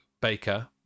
Baker